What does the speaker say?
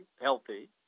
healthy